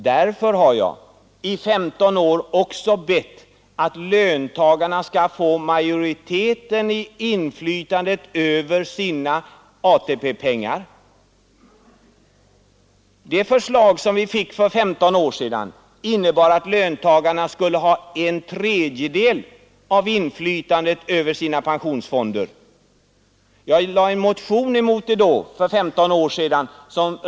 Därför har jag i 15 år också bett att löntagarna skall få majoriteten av inflytandet över sina ATP-pengar. Det förslag som vi fick för 15 år sedan innebar att löntagarna skulle ha en tredjedel av inflytandet över sina pensionsfonder. Jag väckte då, för 15 år sedan, en motion, som gick emot det förslaget.